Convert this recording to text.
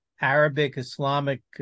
Arabic-Islamic